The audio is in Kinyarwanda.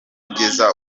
kugeza